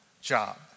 job